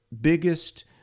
biggest